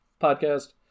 podcast